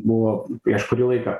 buvo prieš kurį laiką